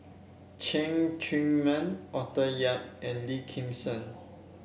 Cheng Tsang Man Arthur Yap and Lim Kim San